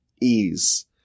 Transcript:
ease